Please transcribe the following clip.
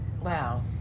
Wow